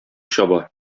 чаба